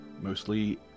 mostly